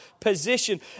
position